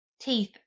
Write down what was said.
teeth